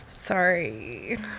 Sorry